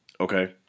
Okay